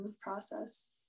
process